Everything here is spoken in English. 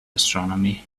astronomy